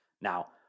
Now